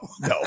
No